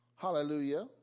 Hallelujah